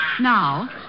Now